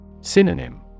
Synonym